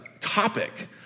topic